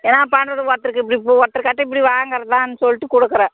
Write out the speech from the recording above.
என்ன பண்ணுறது ஒருத்தருக்கு இப்படி போ ஒருத்தருக்காட்டி இப்படி வாங்குறதான்னு சொல்லிட்டு கொடுக்குறேன்